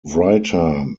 writer